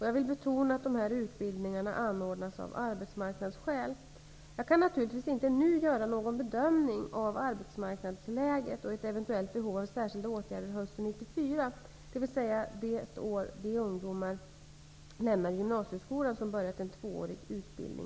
Jag vill betona att dessa utbildningar anordnas av arbetsmarknadsskäl. Jag kan naturligtvis inte nu göra någon bedömning av arbetsmarknadsläget och ett eventuellt behov av särskilda åtgärder hösten